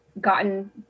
gotten